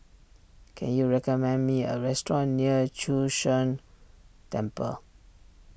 can you recommend me a restaurant near Chu Sheng Temple